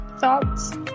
thoughts